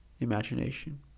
imagination